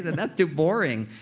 that's too boring.